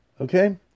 Okay